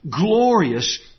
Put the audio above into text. glorious